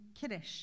Kiddush